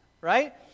right